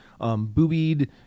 boobied